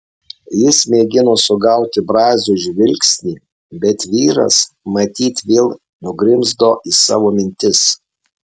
jis mėgino sugauti brazio žvilgsnį bet vyras matyt vėl nugrimzdo į savo mintis